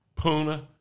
Puna